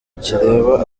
kireba